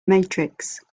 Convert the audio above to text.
matrix